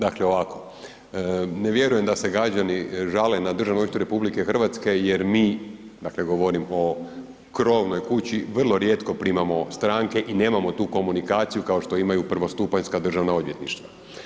Dakle ovako, ne vjerujem da se građani žale na Državno odvjetništvo RH jer mi, dakle govorim o krovnoj kući, vrlo rijetko primamo stranke i nemamo tu komunikaciju kao što imaju prvostupanjska državna odvjetništva.